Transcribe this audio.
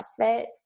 CrossFit